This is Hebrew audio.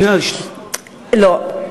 לא,